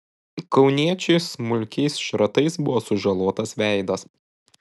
kauniečiui smulkiais šratais buvo sužalotas veidas